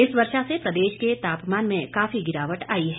इस वर्षा से प्रदेश के तापमान में काफी गिरावट आई है